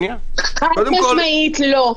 חד-משמעית לא.